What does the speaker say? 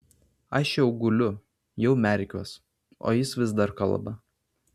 aš jau guliu jau merkiuos o jis vis dar kalba